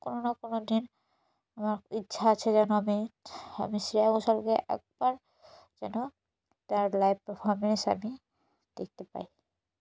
কোনো না কোনো দিন আমার ইচ্ছা আছে যেন আমি আমি শ্রেয়া ঘোষালকে একবার যেন তার লাইভ পারফরম্যান্স আমি দেখতে পাই